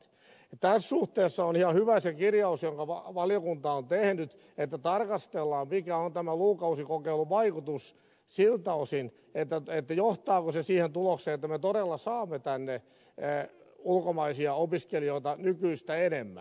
tässä suhteessa on ihan hyvä se kirjaus jonka valiokunta on tehnyt että tarkastellaan mikä on tämän lukukausimaksukokeilun vaikutus siltä osin johtaako se siihen tulokseen että me todella saamme tänne ulkomaisia opiskelijoita nykyistä enemmän